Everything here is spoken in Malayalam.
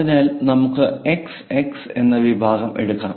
അതിനാൽ നമുക്ക് x x എന്ന വിഭാഗം എടുക്കാം